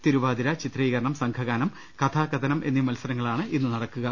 തിരുവാതിര ചിത്രീകരണം സംഘഗാനം കഥാകഥനം ട എന്നീ മത്സരങ്ങളാണ് ഇന്ന് നടക്കുക